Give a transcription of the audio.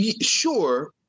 Sure